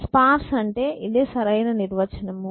sparse అంటే ఇదే సరైన నిర్వచనము